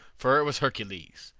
for it was hercules.